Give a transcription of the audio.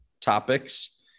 topics